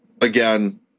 again